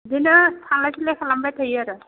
बिदिनो थांलाय फैलाय खालामबाय थायो आरो